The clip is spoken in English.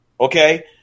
okay